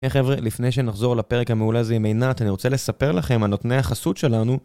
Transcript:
היי חברה, לפני שנחזור לפרק המעולה הזה עם עינת, אני רוצה לספר לכם על נותני החסות שלנו